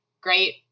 great